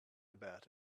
about